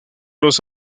los